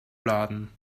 laden